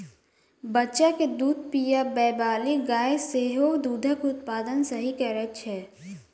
बच्चा के दूध पिआबैबाली गाय सेहो दूधक उत्पादन सही करैत छै